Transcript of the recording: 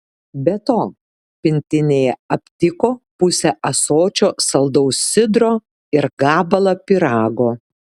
be to pintinėje aptiko pusę ąsočio saldaus sidro ir gabalą pyrago